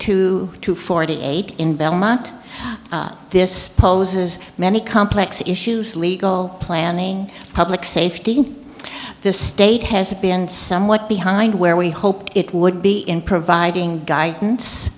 two to forty eight in belmont this poses many complex issues legal planning public safety the state has been somewhat behind where we hoped it would be in providing guidance